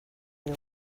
edo